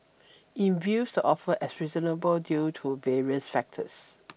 it views the offer as reasonable due to various factors